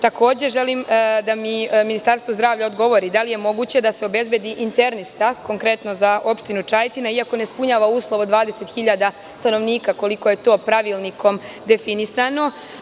Takođe, želim da mi Ministarstvo zdravlja odgovori da li je moguće da se obezbedi internista konkretno za opštinu Čajetina, iako ne ispunjava uslov od 20.000 stanovnika, koliko je to pravilnikom definisano?